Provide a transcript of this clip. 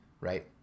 Right